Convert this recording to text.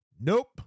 Nope